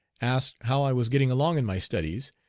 asked how i was getting along in my studies,